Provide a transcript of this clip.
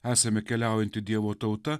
esame keliaujanti dievo tauta